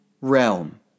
realm